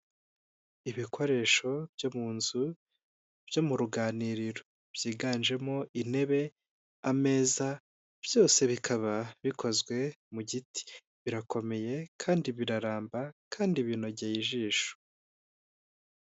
Ibikoresho byo mu nzu byo mu ruganiriro byiganjemo intebe, ameza, byose bikaba bikozwe mu giti, birakomeye kandi biraramba kandi binogeye ijisho.